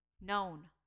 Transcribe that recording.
Known